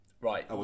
Right